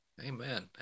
Amen